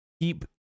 keep